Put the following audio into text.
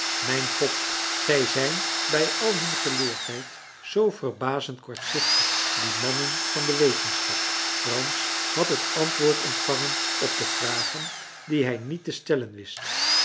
mijn god zij zijn bij al hun geleerdheid zoo verbazend kortzichtig die mannen van de wetenschap frans had het antwoord ontvangen op de vragen die hij niet te stellen wist